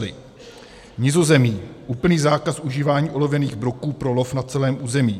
V Nizozemí úplný zákaz užívání olověných broků pro lov na celém území.